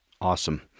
Awesome